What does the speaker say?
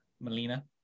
melina